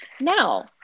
now